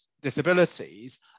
disabilities